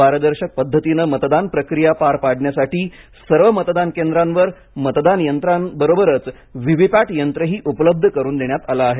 पारदर्शक पद्धतीनं मतदान प्रक्रिया पार पाडण्यासाठी सर्व मतदान केंद्रांवर मतदान यंत्रान बरोबरच व्ही व्ही पॅट यंत्रही उपलब्ध करून देण्यात आलं आहे